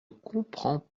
comprends